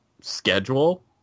Schedule